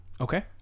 okay